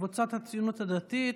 קבוצת הציונות הדתית.